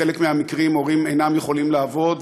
בחלק מהמקרים הורים אינם יכולים לעבוד,